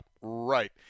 right